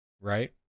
right